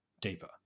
Deeper